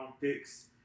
picks